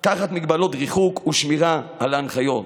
תחת מגבלות ריחוק ושמירה על ההנחיות.